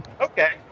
Okay